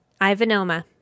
Ivanoma